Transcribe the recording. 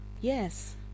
Yes